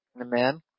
Amen